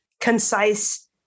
concise